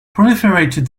proliferated